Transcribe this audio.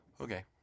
Okay